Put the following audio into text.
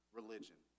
religion